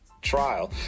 Trial